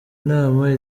nama